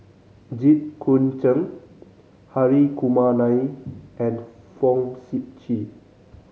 Jit Koon Ch'ng Hri Kumar Nair and Fong Sip Chee